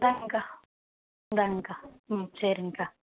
இந்தாங்கக்கா இந்தாங்கக்கா ம் சரிங்க்கா